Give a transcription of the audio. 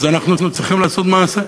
אז אנחנו צריכים לעשות מעשה.